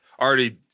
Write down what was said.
already